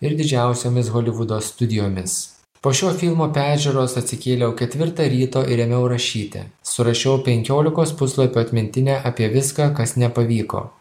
ir didžiausiomis holivudo studijomis po šio filmo peržiūros atsikėliau ketvirtą ryto ir ėmiau rašyti surašiau penkiolikos puslapių atmintinę apie viską kas nepavyko